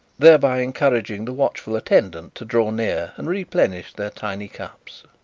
thereby encouraging the watchful attendant to draw near and replenish their tiny cups.